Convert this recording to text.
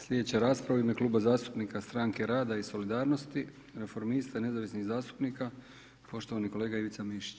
Slijedeća rasprava u ime Kluba zastupnika Stranke rada i solidarnosti, Reformista i nezavisnih zastupnika, poštovani kolega Ivica Mišić.